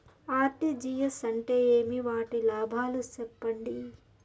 RTGS అంటే ఏమి? వాటి లాభాలు సెప్పండి?